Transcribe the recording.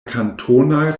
kantona